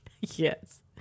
yes